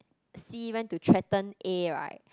C went to threaten A right